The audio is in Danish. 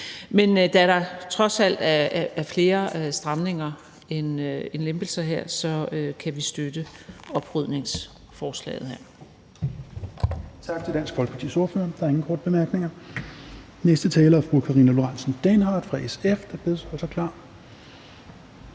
Men da der trods alt er flere stramninger end lempelser, kan vi støtte oprydningsforslaget her.